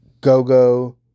Gogo